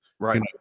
Right